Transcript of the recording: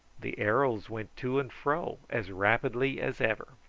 the arrows went to and fro as rapidly as ever.